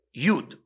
yud